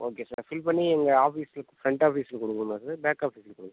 okay sir fill பண்ணி இங்கே office front ஆஃபீஸ்ஸில் கொடுக்கணுமா சார் பேக் ஆஃபீஸ்ஸில் கொடுக்கணுமா